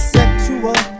Sexual